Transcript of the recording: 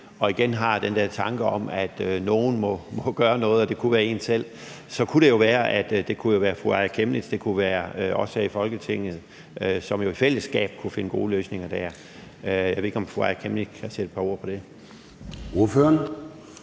igen har den der tanke om, at nogen må gøre noget, og at det kunne være en selv, så kunne det jo være, at det kunne være fru Aaja Chemnitz og det kunne være os her i Folketinget, som i fællesskab kunne finde gode løsninger. Jeg ved ikke, om fru Aaja Chemnitz kan sætte et par ord på det. Kl.